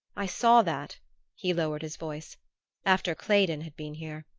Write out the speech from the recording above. i saw that he lowered his voice after claydon had been here.